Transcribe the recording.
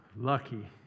Lucky